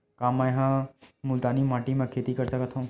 का मै ह मुल्तानी माटी म खेती कर सकथव?